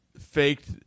faked